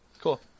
Cool